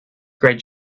great